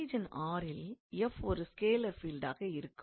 region R ல் f ஒரு scalar பீல்டாக இருக்கும்